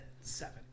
Seven